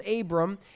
Abram